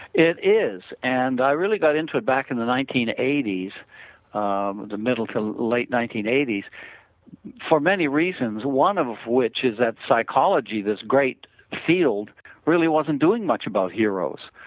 it is and i really got into it back in nineteen eighty um s, middle to um late nineteen eighty s for many reasons, one of of which is that psychology this great field really wasn't doing much about heroes.